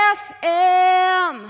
fm